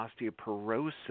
osteoporosis